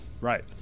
Right